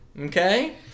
Okay